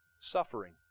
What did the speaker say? Suffering